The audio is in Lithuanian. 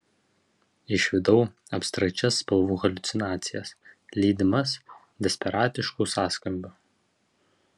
išvydau abstrakčias spalvų haliucinacijas lydimas desperatiškų sąskambių